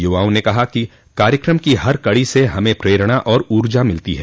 युवाओं ने कहा कि कार्यक्रम की हर कड़ी से हमें प्रेरणा और ऊर्जा मिलती है